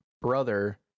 brother